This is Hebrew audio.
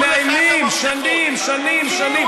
הם מאיימים שנים, שנים, שנים.